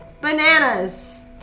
bananas